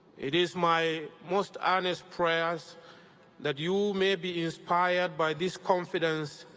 it is my most earnest prayers that you may be inspired by this confidence,